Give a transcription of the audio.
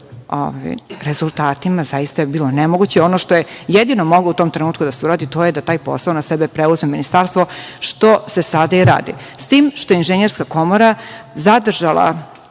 rezultatima, zaista je bilo nemoguće. Ono što je jedino moglo u tom trenutku da se uradi to je da taj posao na sebe preuzme Ministarstvo, što se sada i radi, s tim što je Inženjerska komora zadržala